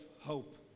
hope